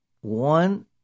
one